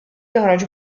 joħroġ